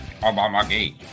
obamagate